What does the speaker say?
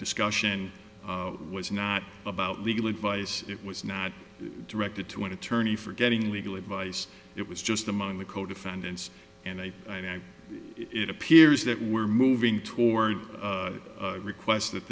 discussion was not about legal advice it was not directed to an attorney for getting legal advice it was just among the co defendants and i it appears that we're moving toward a request that